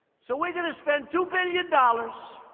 so we're going to spend two billion dollars.